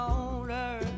older